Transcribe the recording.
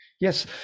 yes